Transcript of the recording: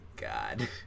god